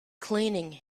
cleaning